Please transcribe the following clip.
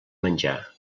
menjar